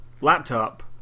laptop